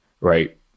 Right